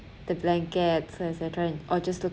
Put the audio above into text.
the blankets etcetera and or just look